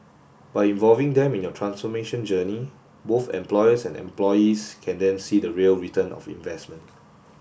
by involving them in your transformation journey both employers and employees can then see the real return of investment